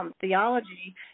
theology